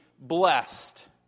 blessed